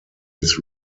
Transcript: his